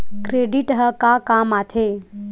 Credit ह का काम आथे?